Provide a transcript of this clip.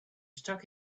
stuck